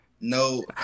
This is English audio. No